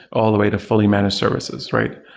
all the way to fully managed services, right?